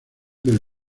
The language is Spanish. del